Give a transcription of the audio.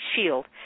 shield